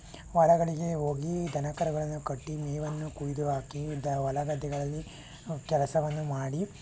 ಹೊರಗಡೆಗೆ ಹೋಗಿ ದನ ಕರುಗಳನ್ನು ಕಟ್ಟಿ ಮೇವನ್ನು ಕೊಯ್ದು ಹಾಕಿ ಹೊಲ ಗದ್ದೆಗಳಲ್ಲಿ ಕೆಲಸವನ್ನು ಮಾಡಿ